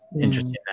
Interesting